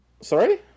Sorry